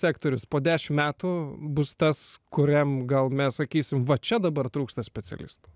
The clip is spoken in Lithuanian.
sektorius po dešim metų bus tas kuriam gal mes sakysim va čia dabar trūksta specialistų